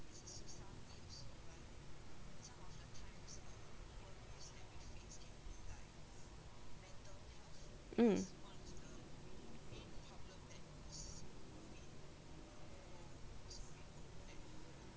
mm